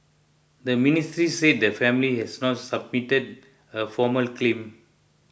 the ministry said the family has not submitted a formal claim